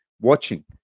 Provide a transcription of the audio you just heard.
watching